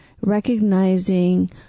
recognizing